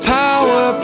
power